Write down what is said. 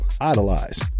idolize